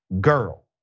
girl